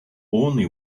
only